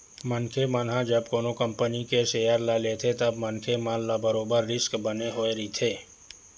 मनखे मन ह जब कोनो कंपनी के सेयर ल लेथे तब मनखे मन ल बरोबर रिस्क बने होय रहिथे